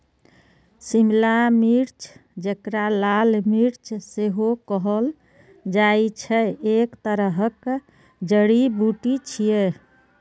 शिमला मिर्च, जेकरा लाल मिर्च सेहो कहल जाइ छै, एक तरहक जड़ी बूटी छियै